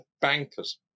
bankers